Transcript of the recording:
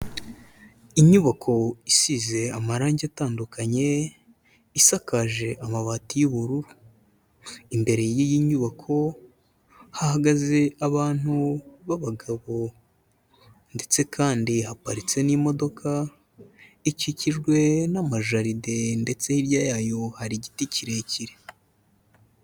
Inyubako isize amarangi atandukanye, isakaje amabati y'ubururu. Imbere y'iyi nyubako hahagaze abantu b'abagabo ndetse kandi haparitse n'imodoka, ikikijwe n'amajaride ndetse hirya yayo hari igiti kirekire.